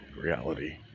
reality